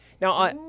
now